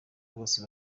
bose